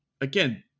again